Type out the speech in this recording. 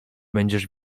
będziesz